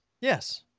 Yes